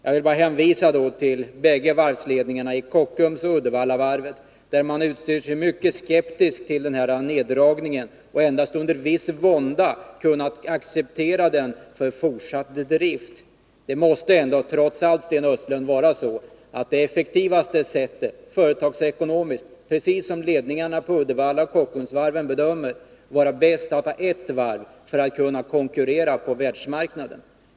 Jag vill då hänvisa till att bägge varvsledningarna, både i Kockums och i Uddevallavarvet, har ställt sig mycket skeptiska till den här neddragningen och endast under viss vånda kunnat acceptera den för fortsatt drift. Det måste trots allt, Sten Östlund, vara så att det effektivaste sättet företagsekonomiskt, precis så som ledningarna för Kockums och Uddevallavarvet bedömer det, är att ha ert varv för att kunna konkurrera på världsmarknaden.